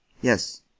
Yes